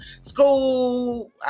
school